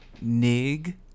nig